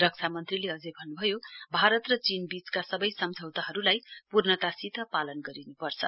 रक्षा मन्त्रीले अझै भन्नुभयो भारत र चीनवीचका सवै सम्झौताहरुलाई पूर्णतासित पालन गरिनुपर्छ